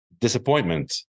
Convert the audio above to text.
disappointment